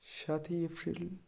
সাতই এপ্রিল